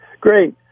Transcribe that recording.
Great